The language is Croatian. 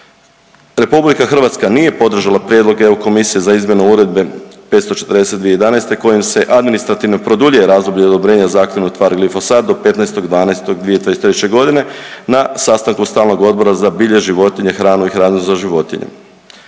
RH nije podržala prijedlog EU komisije za izmjenu Uredbe 540/2011 kojim se administrativno produljuje razdoblje odobrenja za aktivnu tvar glifosat do 15.12.2023. godine na sastanku Stalnog odbora za bilje, životinje, hranu i hranu za životinje.